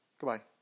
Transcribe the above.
Goodbye